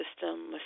system